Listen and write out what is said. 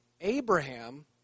Abraham